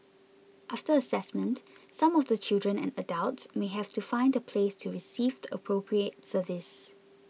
after assessment some of the children and adults may have to find a place to receive the appropriate service